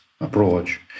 approach